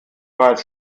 weiß